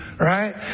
Right